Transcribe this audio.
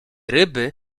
ryby